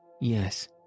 Yes